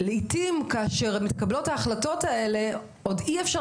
שלעתים כאשר מתקבלות ההחלטות האלה עוד אי אפשר